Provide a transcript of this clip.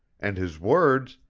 and his words,